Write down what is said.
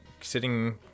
sitting